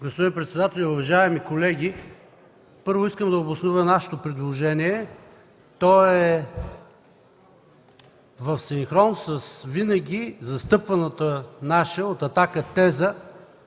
Господин председателю, уважаеми колеги! Първо, искам да обоснова нашето предложение. То е в синхрон с винаги застъпваната наша, от „Атака”, теза